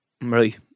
Right